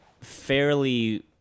fairly